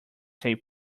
say